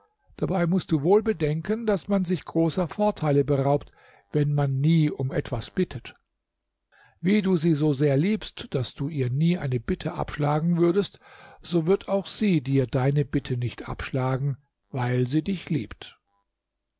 dabei mußt du wohl bedenken daß man sich großer vorteile beraubt wenn man nie um etwas bittet wie du sie so sehr liebst daß du ihr nie eine bitte abschlagen würdest so wird auch sie dir deine bitte nicht abschlagen weil sie dich liebt